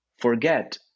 forget